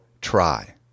try